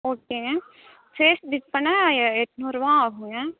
ஓகேங்க face bleach பண்ண எ எட்நூறுரூவா ஆகுங்க